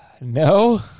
No